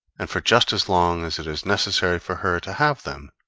and for just as long as it is necessary for her to have them.